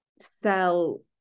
sell